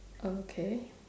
okay